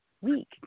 week